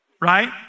right